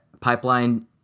Pipeline